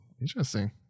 Interesting